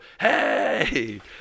hey